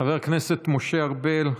חבר הכנסת משה ארבל,